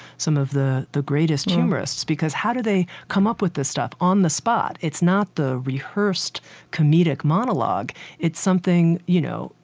some of the the greatest humorists. because how do they come up with this stuff on the spot? it's not the rehearsed comedic monologue it's something, you know,